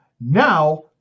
Now